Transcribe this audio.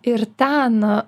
ir ten